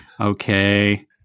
Okay